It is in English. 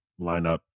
lineup